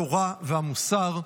התורה והמוסר.